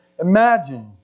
imagined